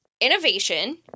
innovation